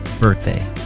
birthday